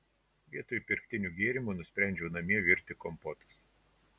vietoj pirktinių gėrimų nusprendžiau namie virti kompotus